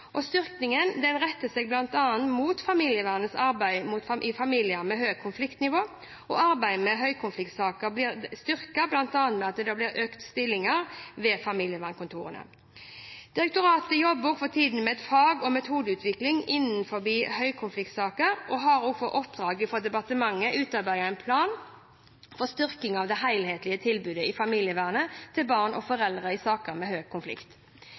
Styrkingen retter seg bl.a. mot familievernets arbeid i familier med høyt konfliktnivå. Arbeidet med høykonfliktsaker ble styrket bl.a. ved å øke antallet stillinger ved familievernkontorene. Barne-, ungdoms- og familiedirektoratet jobber for tida med fag- og metodeutvikling innenfor høykonfliktsaker og har på oppdrag fra departementet utarbeidet en plan for styrking av det helhetlige tilbudet i familievernet til barn og foreldre i saker med